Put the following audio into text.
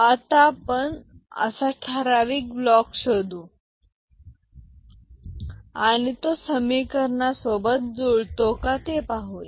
आता पण असा ठराविक ब्लॉक शोधू आणि तो समिकरणा सोबत जुळतो का ते पाहूया